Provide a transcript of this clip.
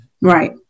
Right